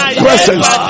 presence